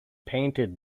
painted